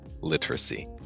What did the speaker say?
literacy